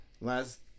last